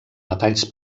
metalls